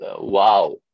wow